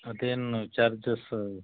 ಅದೇನ್ ಚಾರ್ಜಸ್ಸು